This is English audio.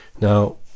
Now